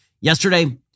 yesterday